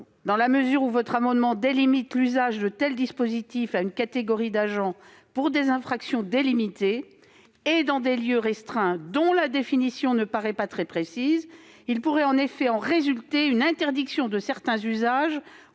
dans la mesure où le dispositif limite l'usage de tels dispositifs à une catégorie d'agents pour des infractions délimitées et dans des lieux restreints, dont la définition ne paraît pas très précise, il pourrait en résulter une interdiction de certains usages